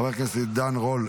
חבר הכנסת עידן רול,